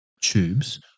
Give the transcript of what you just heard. tubes